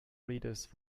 readers